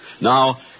Now